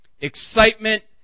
Excitement